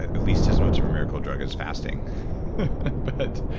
at at least as much of a miracle drug as fasting but